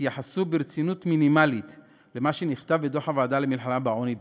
התייחסו ברצינות מינימלית למה שנכתב בדוח הוועדה למלחמה בעוני בישראל.